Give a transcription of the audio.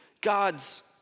God's